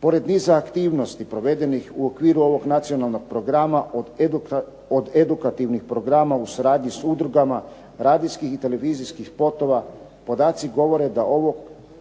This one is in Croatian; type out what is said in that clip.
Pored niza aktivnosti provedenih u okviru ovog Nacionalnog programa od edukativnih programa u suradnji s udrugama, radijskih i televizijskih spotova, podaci govore da